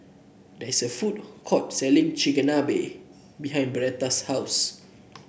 there is a food court selling Chigenabe behind Bernetta's house